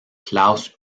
klaus